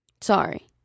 Sorry